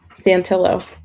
Santillo